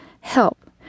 help